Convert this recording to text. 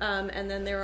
and then there